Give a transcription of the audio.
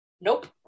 Nope